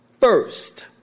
first